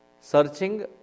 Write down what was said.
searching